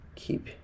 keep